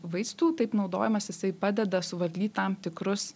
vaistų taip naudojimas jisai padeda suvaldyt tam tikrus